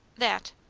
that.